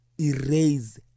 erase